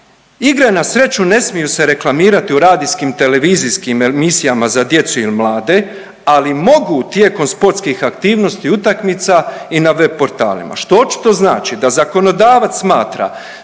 igre na sreću ne smiju se reklamirati u radijskim, televizijskim emisijama za djecu ili mlade, ali mogu tijekom sportskih aktivnosti utakmica i na web portalima. Što očito znači da zakonodavac smatra